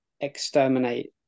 exterminate